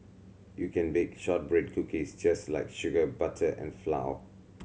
you can bake shortbread cookies just like sugar butter and flour